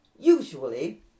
Usually